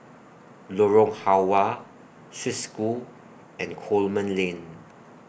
Lorong Halwa Swiss School and Coleman Lane